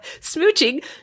smooching